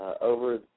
Over